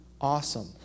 awesome